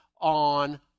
on